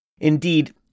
indeed